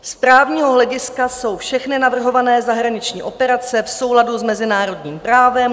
Z právního hlediska jsou všechny navrhované zahraniční operace v souladu s mezinárodním právem.